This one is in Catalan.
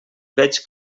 veig